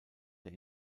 der